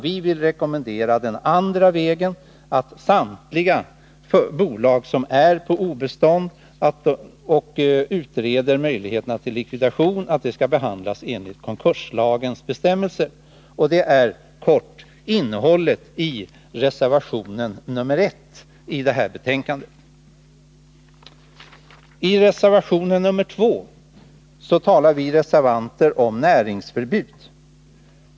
Vi vill rekommendera den andra vägen, att samtliga bolag som är på obestånd och utreder möjligheterna till likvidation skall behandlas enligt konkurslagens bestämmelser. Detta är i korthet innehållet i reservation 1 i detta betänkande. I reservation 2 talar vi reservanter om näringsförbud.